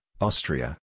Austria